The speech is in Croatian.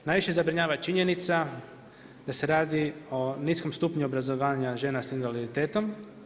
Najviše zabrinjava činjenica da se radi o niskom stupnju obrazovanja žena sa invaliditetom.